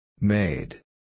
Made